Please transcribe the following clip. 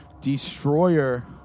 Destroyer